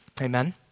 Amen